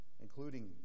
including